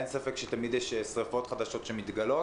אין ספק שתמיד יש בעיות חדשות שמתגלות.